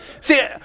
See